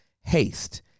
haste